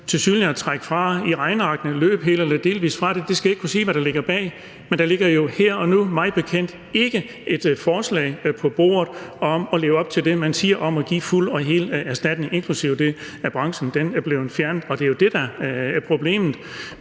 forsøger at trække fra i regnearkene og løbe helt eller delvis fra det, og det skal jeg ikke kunne sige hvad der ligger bag. Men der ligger her og nu mig bekendt ikke et forslag på bordet om at leve op til det, man siger, om at give fuld og hel erstatning, inklusive for det, at branchen er blevet fjernet, og det er jo det, der er problemet.